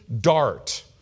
dart